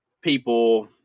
people